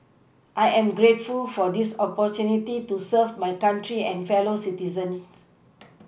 I am grateful for this opportunity to serve my country and fellow citizens